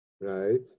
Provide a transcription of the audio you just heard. Right